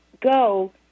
go